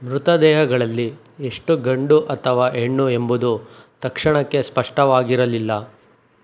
ಮೃತದೇಹಗಳಲ್ಲಿ ಎಷ್ಟು ಗಂಡು ಅಥವಾ ಹೆಣ್ಣು ಎಂಬುದು ತಕ್ಷಣಕ್ಕೆ ಸ್ಪಷ್ಟವಾಗಿರಲಿಲ್ಲ